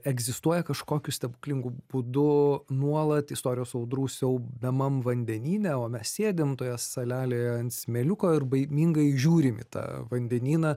egzistuoja kažkokiu stebuklingu būdu nuolat istorijos audrų siaubiamam vandenyne o mes sėdim toje salelėje ant smėliuko ir baimingai žiūrim į tą vandenyną